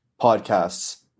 podcasts